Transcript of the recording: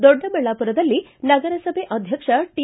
ದೊಡ್ಡಬಳ್ಳಾಪುರದಲ್ಲಿ ನಗರಸಭೆ ಅಧ್ಯಕ್ಷ ಟಿ